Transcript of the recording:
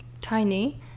tiny